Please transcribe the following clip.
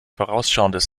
vorausschauendes